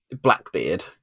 Blackbeard